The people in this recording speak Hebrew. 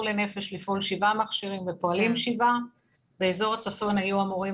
לנפש 7 מכשירים ופועלים 7. באזור הצפון היו אמורים